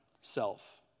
self